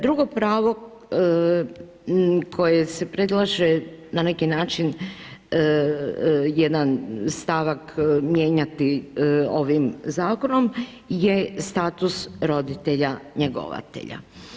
Drugo pravo koje se predlaže na neki način jedan stavak mijenjati ovim zakonom je status roditelja njegovatelja.